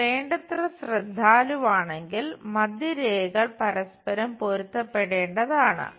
നിങ്ങൾ വേണ്ടത്ര ശ്രദ്ധാലുവാണെങ്കിൽ മധ്യരേഖകൾ പരസ്പരം പൊരുത്തപ്പെടേണ്ടതാണ്